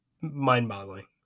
Mind-boggling